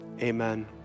Amen